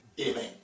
Amen